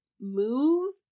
move